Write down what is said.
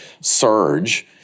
surge